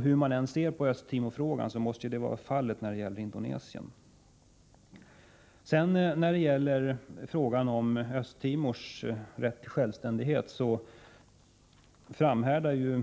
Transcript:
Hur man än ser på frågan om Östra Timor, måste ju detta vara fallet när det gäller Indonesien. Vad beträffar frågan om Östra Timors rätt till självständighet framhärdar